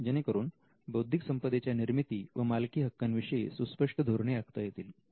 जेणेकरून बौद्धिक संपदेच्या निर्मिती व मालकी हक्काविषयी सुस्पष्ट धोरणे आखता येतील